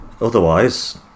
otherwise